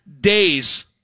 days